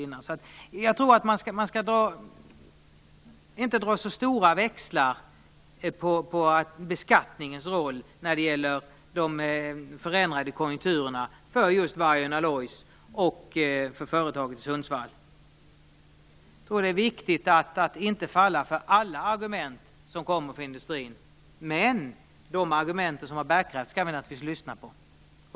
Jag tror alltså att man inte skall dra så stora växlar på beskattningens roll när det gäller de förändrade konjunkturerna för just Vargön Alloys och för företaget i Sundsvall. Det är viktigt att inte falla för alla argument som kommer från industrin, men de argument som har bärkraft skall vi naturligtvis lyssna på.